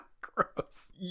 Gross